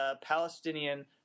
Palestinian